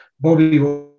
Bobby